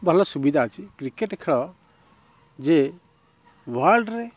ଭଲ ସୁବିଧା ଅଛି କ୍ରିକେଟ୍ ଖେଳ ଯେ ୱାର୍ଲଡ଼୍ ରେ